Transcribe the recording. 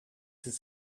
his